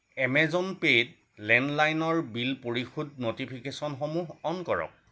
Amazon পে'ত লেণ্ডলাইনৰ bill পৰিশোধৰ ন'টিফিকেশ্যনসমূহ অন কৰক